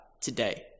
today